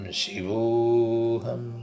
shivoham